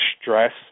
stress